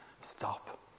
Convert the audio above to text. Stop